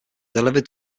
delivered